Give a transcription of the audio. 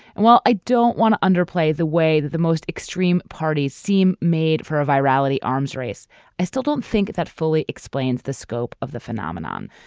and while i don't want to underplay the way the most extreme parties seem made for a veracity arms race i still don't think that fully explains the scope of the phenomenon.